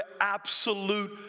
absolute